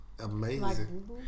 Amazing